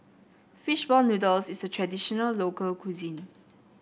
fish ball noodles is a traditional local cuisine